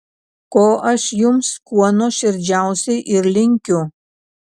ko aš jums kuo nuoširdžiausiai ir linkiu